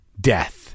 death